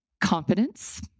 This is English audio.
Confidence